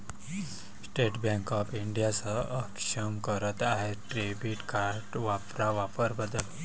state bank of India अक्षम करत आहे डेबिट कार्ड वापरा वापर बदल